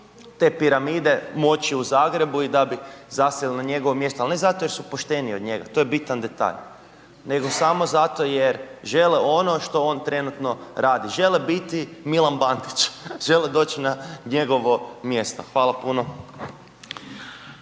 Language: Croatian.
te piramide moći u Zagrebu i da bi zasjeli na njegovo mjesto ali ne zato jer su pošteniji od njega, to je bitan detalj nego samo zato jer žele ono što on trenutno radi, žele biti Milan Bandić, žele doći na njegovo mjesto. Hvala puno.